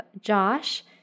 Josh